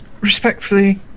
respectfully